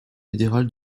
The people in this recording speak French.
fédéral